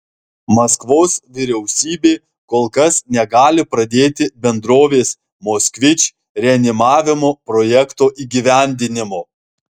maskvos vyriausybė kol kas negali pradėti bendrovės moskvič reanimavimo projekto įgyvendinimo